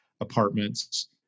apartments